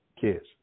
kids